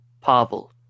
Pavel